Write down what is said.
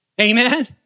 Amen